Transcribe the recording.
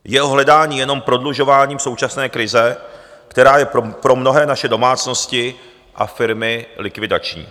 Jeho hledání je jenom prodlužováním současné krize, která je pro mnohé naše domácnosti a firmy likvidační.